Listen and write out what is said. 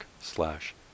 slash